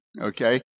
okay